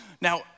Now